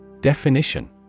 Definition